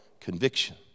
conviction